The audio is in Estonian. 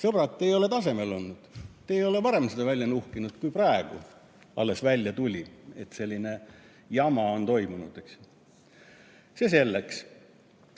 Sõbrad, te ei ole tasemel olnud! Te ei ole varem seda välja nuhkinud, alles praegu tuli välja, et selline jama on toimunud. Aga see selleks.